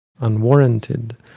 unwarranted